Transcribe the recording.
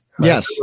Yes